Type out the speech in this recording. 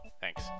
Thanks